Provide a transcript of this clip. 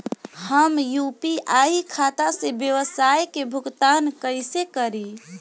हम यू.पी.आई खाता से व्यावसाय के भुगतान कइसे करि?